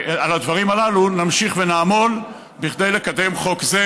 על הדברים הללו נמשיך ונעמול כדי לקבל חוק זה,